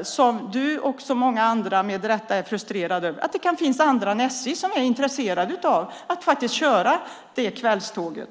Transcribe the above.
och som du och andra med rätta är frustrerade över, för andra än SJ som är intresserade att köra det kvällståget.